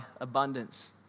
abundance